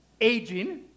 aging